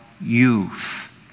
youth